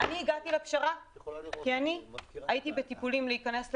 הגעתי לפשרה כי הייתי בטיפולים להיכנס להיריון,